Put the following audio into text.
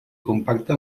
compacte